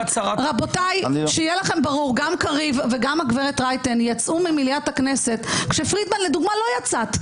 גם קריב וגם הגברת רייטן יצאו ממליאת הכנסת כשפרידמן למשל - לא יצאת.